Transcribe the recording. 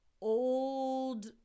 old